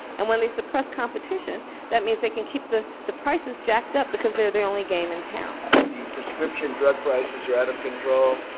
and when they suppress competition that means they can keep the the prices jacked up because they're the only game in town the prescription drug prices are out of control.